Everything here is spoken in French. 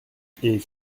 qu’est